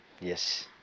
Yes